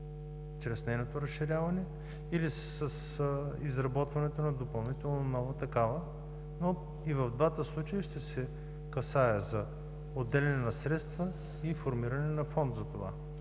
чрез нейното разширяване, или с изработването на допълнителна нова такава, но и в двата случая ще се касае за отделяне на средства и формиране на фонд за това.